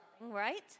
Right